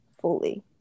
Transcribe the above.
fully